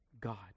God